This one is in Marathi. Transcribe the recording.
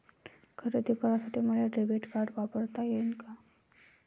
खरेदी करासाठी मले डेबिट कार्ड वापरता येईन का?